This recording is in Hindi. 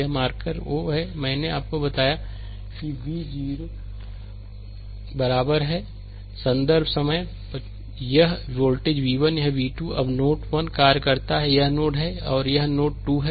यह मार्कर o है और मैंने आपको बताया कि v 0 बराबर है संदर्भ समय 2558 यह वोल्टेज v 1 है यह v 2 है अब नोड 1 कार्य करता है यह नोड 1 है और यह नोड 2 है